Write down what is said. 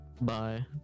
Bye